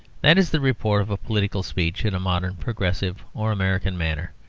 that is the report of a political speech in a modern, progressive, or american manner,